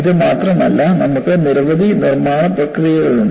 ഇത് മാത്രമല്ല നമുക്ക് നിരവധി നിർമ്മാണ പ്രക്രിയകളുണ്ട്